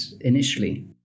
initially